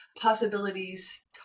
Possibilities